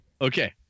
Okay